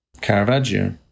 Caravaggio